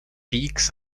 peaks